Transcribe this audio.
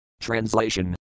Translation